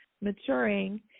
maturing